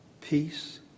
peace